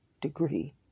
degree